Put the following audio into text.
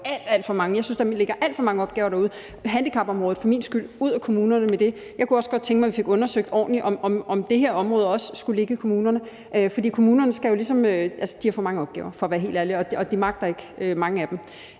alt for mange. Jeg synes, der ligger alt for mange opgaver derude. Handicapområdet må for min skyld gerne komme ud af kommunerne. Jeg kunne også godt tænke mig, at vi fik undersøgt ordentligt, om det her område også skulle ligge i kommunerne. Kommunerne har for mange opgaver, for at være helt ærlig, og mange af dem